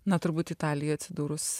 na turbūt italijo atsidūrus